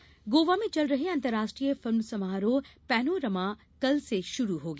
film festival Goa में चल रहे अंतर्राट्रीय फिल्म समारोह पैनोरम कल से शुरू हो गया